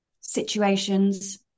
situations